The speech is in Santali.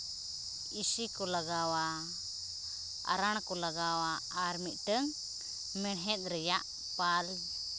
ᱤᱥᱤ ᱠᱚ ᱞᱟᱜᱟᱣᱟ ᱟᱨᱟᱲ ᱠᱚ ᱞᱟᱜᱟᱣᱟ ᱟᱨ ᱢᱤᱫᱴᱟᱱ ᱢᱮᱲᱦᱮᱫᱽ ᱨᱮᱭᱟᱜ ᱯᱷᱟᱞ